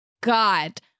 God